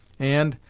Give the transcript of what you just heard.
and,